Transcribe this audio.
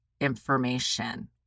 information